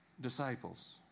disciples